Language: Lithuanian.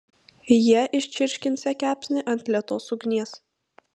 jie iščirškinsią kepsnį ant lėtos ugnies